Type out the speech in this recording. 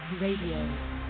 Radio